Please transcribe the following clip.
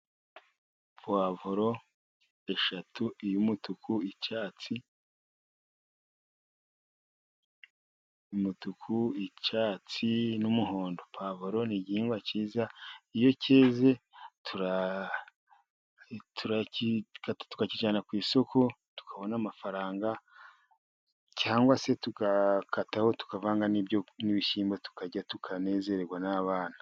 Puwavuro eshatu: iy'umutuku, icyatsi, n'umuhondo, puwavuro ni igihigwa cyiza, iyoze cyeze turagikata tukakijyanye ku isoko tukabona amafaranga, cyangwa se tugakataho tukavanga n'ibishyimbo tukarya tukanezererwa n'abana.